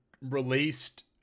released